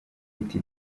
iti